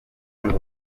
ngo